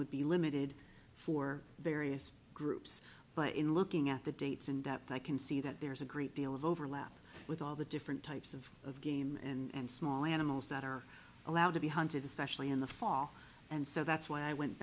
would be limited for various groups but in looking at the dates in that i can see that there's a great deal of overlap with all the different types of of game and small animals that are allowed to be hunted especially in the fall and so that's why i went